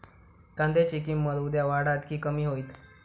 कांद्याची किंमत उद्या वाढात की कमी होईत?